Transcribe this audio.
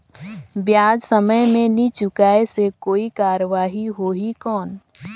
ब्याज समय मे नी चुकाय से कोई कार्रवाही होही कौन?